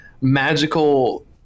magical